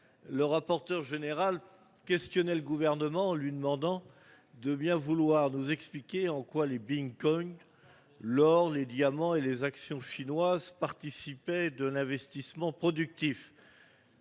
le rapporteur général questionnait le Gouvernement : il lui demandait de bien vouloir nous expliquer en quoi les bitcoins, l'or, les diamants et les actions chinoises participaient de l'investissement productif.